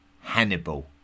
Hannibal